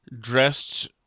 dressed